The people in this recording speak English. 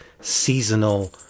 seasonal